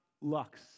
Lux